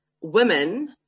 women